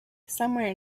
somewhere